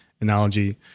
analogy